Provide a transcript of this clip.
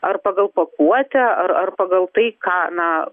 ar pagal pakuotę ar ar pagal tai ką na